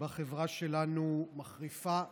בחברה שלנו מחריפה,